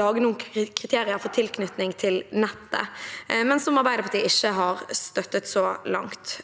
lage noen kriterier for tilknytning til nettet, men Arbeiderpartiet har ikke støttet det så langt.